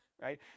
right